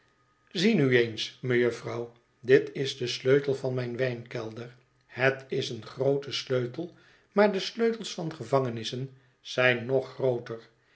zie nu eens mejufvrouw dit is de sleutel van mijn wijnkelder het is eexi groote sleutel maar de sleutels van gevangenissen zijn nog grooter